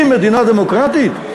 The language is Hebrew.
והיא מדינה דמוקרטית,